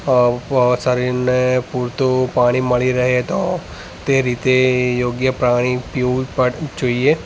અ અ શરીરને પૂરતું પાણી મળી રહે તો તે રીતે યોગ્ય પાણી પીવું જોઈએ